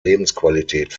lebensqualität